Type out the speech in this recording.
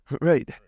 Right